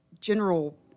general